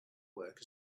work